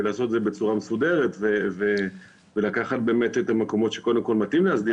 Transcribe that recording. לעשות את זה בצורה מסודרת ולקחת את המקומות שקודם כל מתאים להסדיר.